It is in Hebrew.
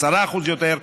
10% יותר.